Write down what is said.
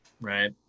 right